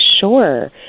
Sure